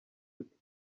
ati